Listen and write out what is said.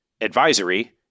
advisory